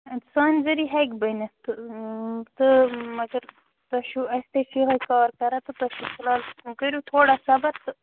سانہِ ذٔریعہِ ہیٚکہِ بٔنِتھ تہٕ تہٕ مگر تۄہہِ چھُو اَسہِ تے چھُ یہَے کار کَران تہٕ تۄہہِ چھُو فِلحال کٔرِو تھوڑا صبر تہٕ